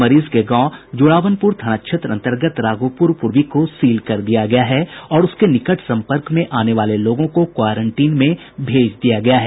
मरीज के गांव जुड़ावनपुर थाना क्षेत्र अंतर्गत राघोपुर पूर्वी को सील कर दिया गया है और उसके निकट संपर्क में आने वाले लोगों को क्वारंटीन में भेज दिया गया है